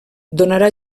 donarà